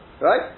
Right